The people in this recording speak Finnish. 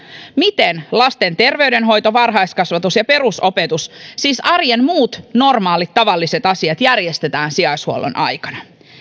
miten lasten terveydenhoito varhaiskasvatus ja perusopetus siis arjen muut normaalit tavalliset asiat järjestetään sijaishuollon aikana